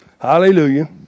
Hallelujah